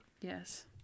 yes